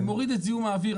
זה מוריד את זיהום האוויר.